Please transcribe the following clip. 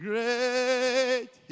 Great